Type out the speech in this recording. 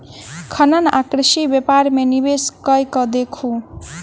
खनन आ कृषि व्यापार मे निवेश कय के देखू